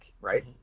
right